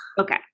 Okay